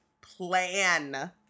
plan